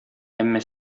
әмма